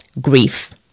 grief